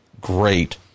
great